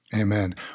Amen